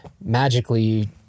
magically